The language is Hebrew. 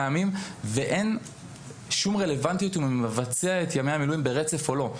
ימים ואין שום רלוונטיות אם מבצע את ימי המילואים ברצף או לא.